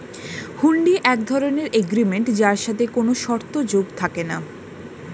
হুন্ডি এক ধরণের এগ্রিমেন্ট যার সাথে কোনো শর্ত যোগ থাকে না